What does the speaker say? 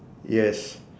yes